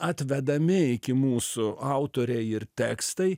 atvedami iki mūsų autoriai ir tekstai